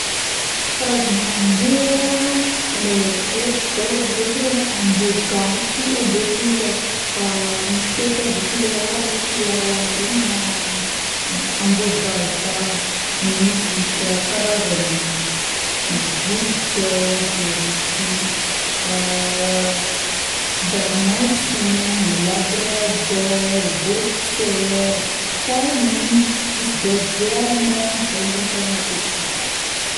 Karazagna amboa le haiky zao matetiky le itagnao amboa gasy amboa tsotra misy coton de Tuléar ,na chiwawa regna na amboa vazaha, misy kazangy bouledogue, misy dalmatien, labrador, boxera, caniche, misy berger allemand, zay aloha zao no matetika ita